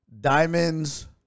Diamonds